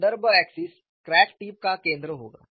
संदर्भ axis crack tip का केंद्र होगा